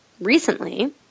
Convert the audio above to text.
recently